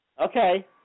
Okay